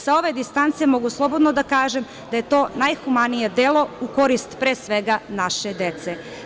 Sa ove distance, mogu slobodno da kažem da je to najhumanije delo u korist, pre svega, naše dece.